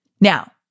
Now